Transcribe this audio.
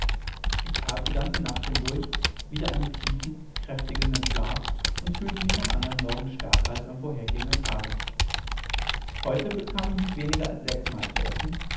ich tat die ganze nacht hindurch wieder einen tiefen kräftigenden schlaf und fühlte mich am andern morgen stärker als am vorhergehenden tage heut bekam ich nicht weniger als sechsmal zu essen